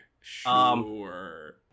Sure